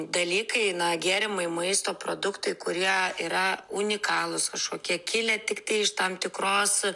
dalykai na gėrimai maisto produktai kurie yra unikalūs kažkokie kilę tiktai iš tam tikros